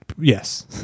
yes